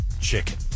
chicken